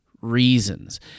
reasons